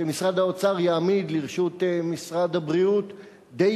ושמשרד האוצר יעמיד לרשות משרד הבריאות די